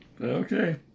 Okay